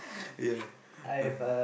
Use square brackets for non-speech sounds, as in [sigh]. [breath] ya ah